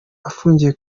afungiye